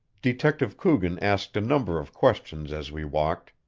detective coogan asked a number of questions as we walked,